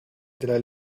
della